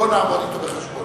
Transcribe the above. לא נעמוד אתו בחשבון.